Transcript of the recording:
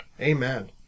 amen